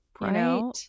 Right